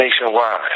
nationwide